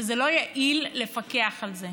שזה לא יעיל לפקח על זה?